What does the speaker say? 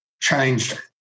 changed